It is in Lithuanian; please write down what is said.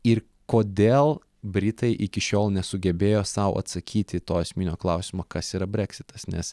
ir kodėl britai iki šiol nesugebėjo sau atsakyti to esminio klausimo kas yra breksitas nes